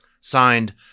Signed